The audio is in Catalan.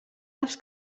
dels